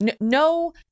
No